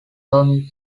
hermit